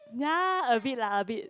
ya a bit lah a bit